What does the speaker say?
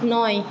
নয়